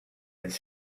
his